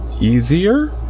easier